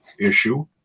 issue